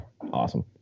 awesome